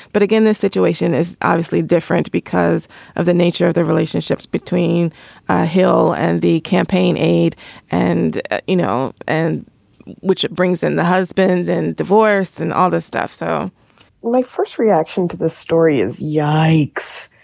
but again this situation is obviously different because of the nature of the relationships between hill and the campaign aide and you know and which brings in the husband and divorce and all this stuff so my like first reaction to this story is yikes.